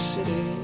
City